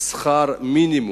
שכר מינימום.